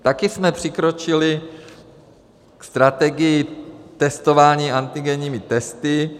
Taky jsme přikročili k strategii testování antigenními testy.